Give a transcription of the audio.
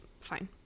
fine